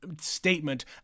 statement